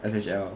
S_H_L